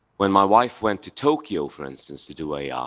when my wife went to tokyo, for instance, to do a um